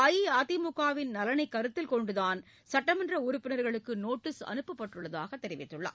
அஇஅதிமுகவின் நலனைகருத்தில் கொண்டுதான் சட்டமன்றஉறுப்பினர்களுக்குநோட்டீஸ் அனுப்பப்பட்டுள்ளதாககூறினார்